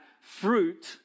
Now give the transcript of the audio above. fruit